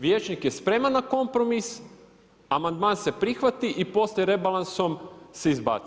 Vijećnik je spreman na kompromis, amandman se prihvati i poslije rebalansom se izbaci.